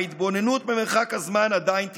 ההתבוננות ממרחק הזמן עדיין תכאב,